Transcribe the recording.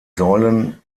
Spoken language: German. säulen